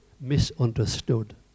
misunderstood